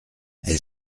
elle